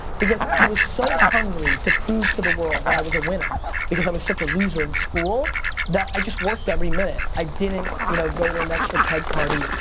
because i was so hungry to prove to the world that i was a winner because i was such a loser in school that i just worked every minute, i didn't, you know, go to an extra keg party,